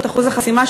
אחוז החסימה,